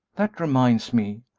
that reminds me,